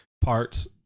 parts